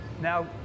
Now